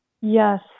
Yes